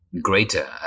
greater